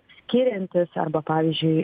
skiriantis arba pavyzdžiui